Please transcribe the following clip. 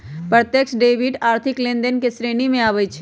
प्रत्यक्ष डेबिट आर्थिक लेनदेन के श्रेणी में आबइ छै